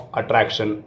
attraction